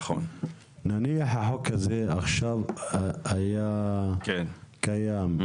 נניח החוק הזה היה קיים,